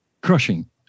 crushing